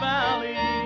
Valley